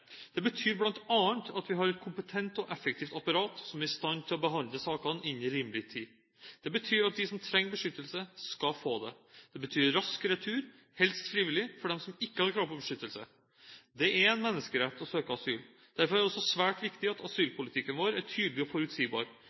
Det betyr bl.a. at vi har et kompetent og effektivt apparat som er i stand til å behandle sakene innen rimelig tid. Det betyr at de som trenger beskyttelse, skal få det. Det betyr rask retur, helst frivillig, for dem som ikke har krav på beskyttelse. Det er en menneskerett å søke asyl. Derfor er det også svært viktig at asylpolitikken vår er tydelig og forutsigbar.